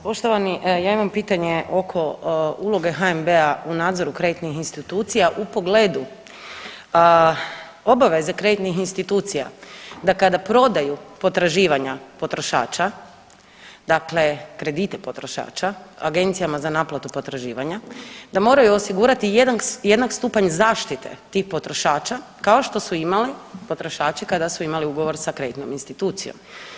Poštovani, ja imam pitanje oko uloge HNB-a u nadzoru kreditnih institucija u pogledu obaveze kreditnih institucija da kada prodaju potraživanja potrošača, dakle kredite potrošača Agencijama za naplatu potraživanja da moraju osigurati jedan stupanj zaštite tih potrošača kao što su imali potrošači kada su imali ugovor sa kreditnom institucijom.